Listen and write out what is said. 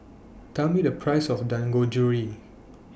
Tell Me The Price of Dangojiru